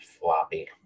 Floppy